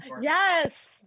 Yes